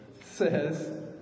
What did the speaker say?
says